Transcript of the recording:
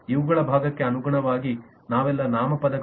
ಇವುಗಳ ಭಾಗಕ್ಕೆ ಅನುಗುಣವಾಗಿ ಇವೆಲ್ಲ ನಾಮಪದಗಳು